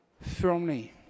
firmly